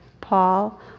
Paul